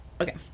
okay